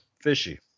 Fishy